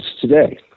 today